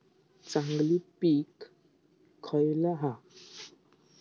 चांगली पीक खयला हा?